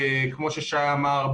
כמו ששי אמר,